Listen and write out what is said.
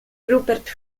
rupert